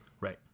Right